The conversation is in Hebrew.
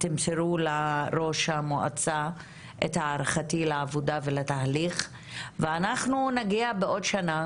תמסרו לראש המועצה את הערכתי לעבודה ולתהליך ואנחנו נגיע בעוד שנה,